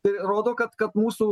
tai rodo kad kad mūsų